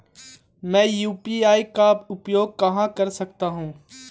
मैं यू.पी.आई का उपयोग कहां कर सकता हूं?